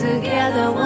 Together